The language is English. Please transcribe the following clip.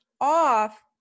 off